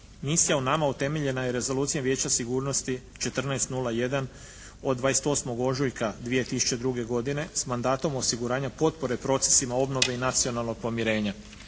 misija UNAMA utemeljena je rezolucijom Vijeća sigurnosti 14,01 od 28. ožujka 2002. godine s mandatom osiguranja potpore procesima obnove i nacionalnog pomirenja.